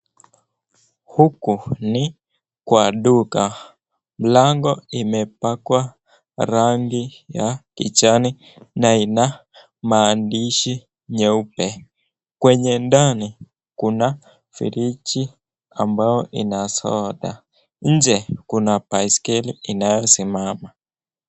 Huku ni kwa duka. Mlango imepakwa rangi ya kijani na ina maandishi meupe. Kwenye ndani kuna friji ambayo ina soda. Nje kuna baiskeli inayosimama.